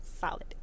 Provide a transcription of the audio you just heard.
solid